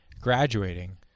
graduating